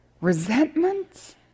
Resentment